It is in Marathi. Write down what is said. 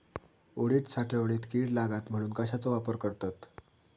उडीद साठवणीत कीड लागात म्हणून कश्याचो वापर करतत?